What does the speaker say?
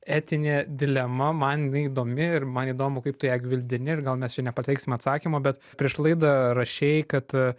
etinė dilema man jinai įdomi ir man įdomu kaip tu ją gvildenti ir gal mes čia nepateiksim atsakymo bet prieš laidą rašei kad